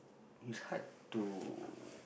it's hard to